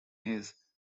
his